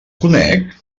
conec